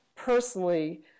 personally